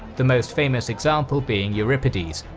the most famous example being euripides,